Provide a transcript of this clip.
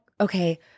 okay